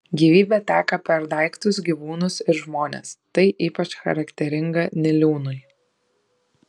gyvybė teka per daiktus gyvūnus ir žmones tai ypač charakteringa niliūnui